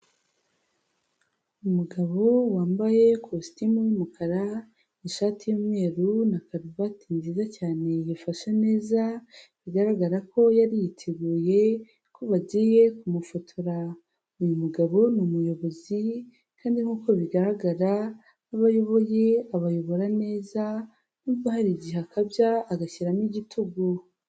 Umugabo wambaye ikositimu y'umukara, ishati y'umweru na karuvati nziza cyane yafashe neza bigaragara ko yari yiteguye ko bagiye kumufotora, uyu mugabo ni umuyobozi kandi nk'uko bigaragara abo ayoboye abayobora neza n'ubwo hari igihe akabya agashyiramo igitugu.